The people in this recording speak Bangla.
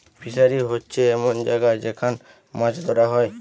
ফিসারী হোচ্ছে এমন জাগা যেখান মাছ ধোরা হয়